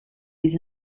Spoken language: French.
les